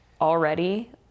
already